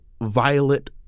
violet